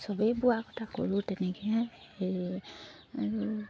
সবেই বোৱা কটা কৰোঁ তেনেকৈ সেই আৰু